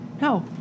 no